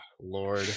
lord